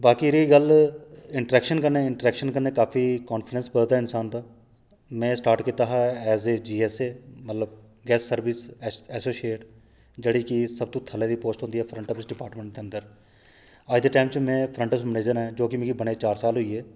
बाकी रेही गल्ल इंट्रैक्शन कन्नै इंट्रैक्शन कन्नै काफी कानफीडेंस बधदा इन्सान दा में ए स्टार्ट कीता हा एज ऐ जीएसए गैस्ट सर्विस एसोशिएट जेह्ड़ी कि सबतूं थल्लै दी पोस्ट होंदी ऐ फ्रंट आफिस डिपार्टमैंट दे अंदर अज्ज दे टाइम च में फ्रंट आफिस मैनेजर आं जो कि मी बने दे चार साल होई गे